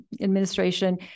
administration